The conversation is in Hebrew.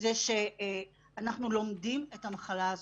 זה שאנחנו לומדים את המחלה הזאת.